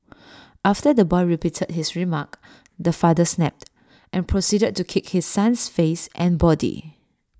after the boy repeated his remark the father snapped and proceeded to kick his son's face and body